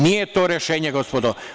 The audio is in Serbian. Nije to rešenje gospodo.